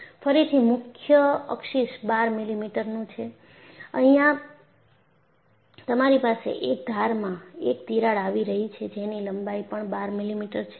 ફરીથી મુખ્ય અક્ષીસ 12 મિલીમીટરનું છે અહીંયા તમારી પાસે એક ધારમાં એક તિરાડ આવી રહી છે જેની લંબાઈ પણ 12 મિલીમીટર છે